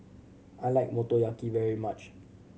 I like Motoyaki very much